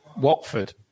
Watford